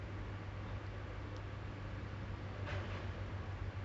ya I feel you man I also got some savings that I thought like you know